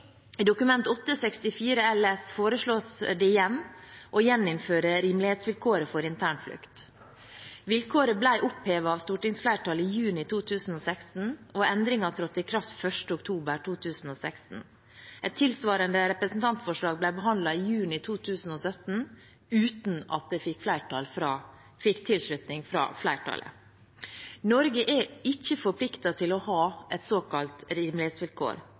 I Dokument 8:64 LS for 2017–2018 foreslås det igjen å gjeninnføre rimelighetsvilkåret for internflukt. Vilkåret ble opphevet av stortingsflertallet i juni 2016, og endringen trådte i kraft 1. oktober 2016. Et tilsvarende representantforslag ble behandlet i juni 2017, uten at det fikk tilslutning fra flertallet. Norge er ikke forpliktet til å ha et såkalt rimelighetsvilkår,